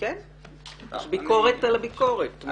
יש ביקורת על הביקורת.